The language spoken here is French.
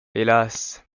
hélas